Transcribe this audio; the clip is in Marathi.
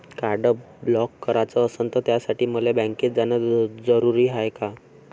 कार्ड ब्लॉक कराच असनं त त्यासाठी मले बँकेत जानं जरुरी हाय का?